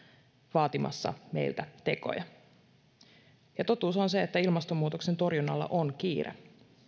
vaatimassa meiltä tekoja totuus on se että ilmastonmuutoksen torjunnalla on kiire